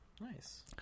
Nice